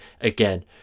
again